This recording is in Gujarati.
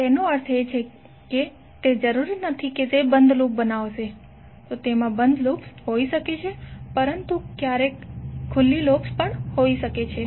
તેનો અર્થ એ કે તે જરૂરી નથી કે તે બંધ લૂપ બનાવશે તો તેમાં બંધ લૂપ્સ હોઈ શકે છે પરંતુ કેટલીક ખુલ્લી લૂપ્સ પણ હોઈ શકે છે